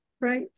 Right